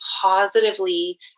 positively